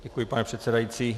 Děkuji, pane předsedající.